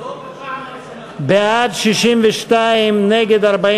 סליחה, אדוני יושב-ראש